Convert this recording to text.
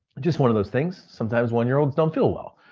just one of those things. sometimes, one year olds don't feel well.